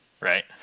Right